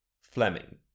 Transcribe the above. Fleming